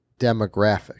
demographic